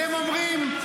אתם אומרים,